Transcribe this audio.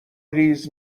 ریز